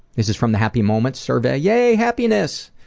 this is from the happy moments survey. yay! happiness!